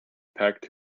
packed